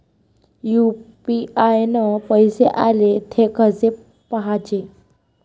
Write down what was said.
UPI न पैसे आले, थे कसे पाहाचे?